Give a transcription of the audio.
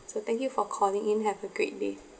so thank you for calling in have a great day